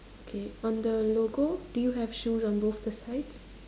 okay on the logo do you have shoes on both the sides